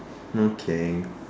okay